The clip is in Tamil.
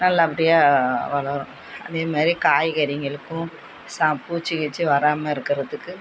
நல்லபடியாக வளரும் அதேமாரி காய்கறிகளுக்கும் சா பூச்சி கீச்சி வராமா இருக்கிறதுக்கு